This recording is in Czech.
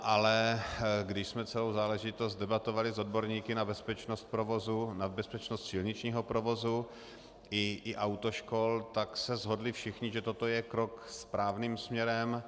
Ale když jsme celou záležitost debatovali s odborníky na bezpečnost provozu, na bezpečnost silničního provozu i autoškol, tak se shodli všichni, že toto je krok správným směrem.